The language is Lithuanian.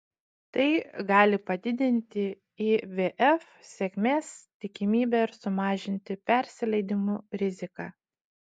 tai gali padidinti ivf sėkmės tikimybę ir sumažinti persileidimų riziką